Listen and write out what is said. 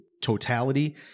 totality